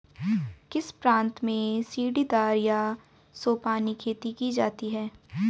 किस प्रांत में सीढ़ीदार या सोपानी खेती की जाती है?